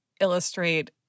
illustrate